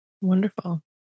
Wonderful